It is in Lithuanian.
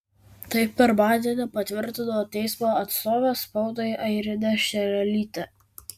tai pirmadienį patvirtino teismo atstovė spaudai airinė šerelytė